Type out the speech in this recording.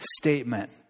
statement